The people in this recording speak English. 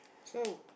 so